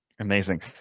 Amazing